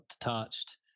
detached